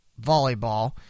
volleyball